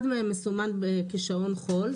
אחד מהם מסומן כשעון חול,